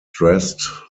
dressed